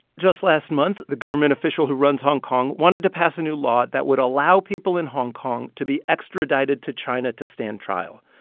just last month, the government official who runs hong kong wanted to pass a new law that would allow people in hong kong to be extradited to china to stand trial.